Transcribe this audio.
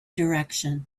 direction